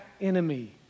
enemy